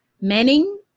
manning